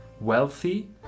wealthy